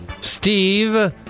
Steve